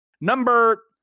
number